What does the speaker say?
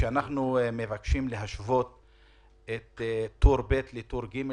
אנחנו מבקשים להשוות את טור ב' לטור ג',